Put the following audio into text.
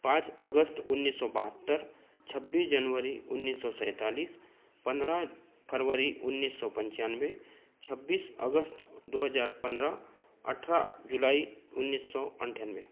पाँच अगस्त उन्नीस सौ बहत्तर छब्बीस जनवरी उन्नीस सौ सैंतालीस पंद्रह फरवरी उन्नीस सौ पंचानवे छब्बीस अगस्त दो हज़ार पंद्रह अठारह जुलाई उन्नीस सौ अंठानवे